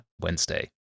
Wednesday